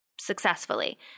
successfully